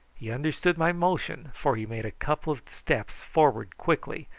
he understood my motion, for he made a couple of steps forward quickly,